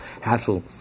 hassle